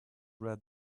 read